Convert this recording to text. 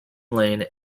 lane